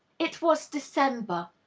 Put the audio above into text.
it was december,